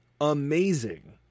amazing